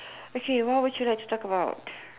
okay what would you like to talk about